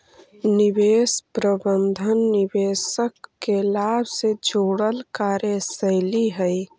निवेश प्रबंधन निवेशक के लाभ से जुड़ल कार्यशैली हइ